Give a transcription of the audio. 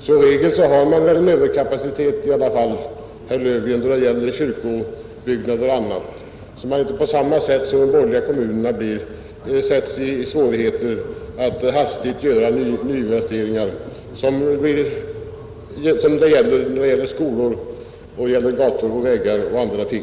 Som regel har man väl en överkapacitet i alla fall, herr Löfgren, då det gäller kyrkobyggnader m. m, så att man inte på samma sätt som de borgerliga kommunerna försätts i svårigheter när man hastigt skall göra nyinvesteringar då det gäller skolor, gator och vägar och andra ting.